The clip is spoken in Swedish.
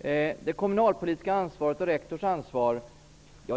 En annan reservation gäller det kommunalpolitiska ansvaret och rektors ansvar.